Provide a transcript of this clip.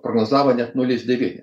prognozavo net nulis devyni